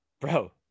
bro